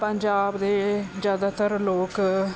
ਪੰਜਾਬ ਦੇ ਜ਼ਿਆਦਾਤਰ ਲੋਕ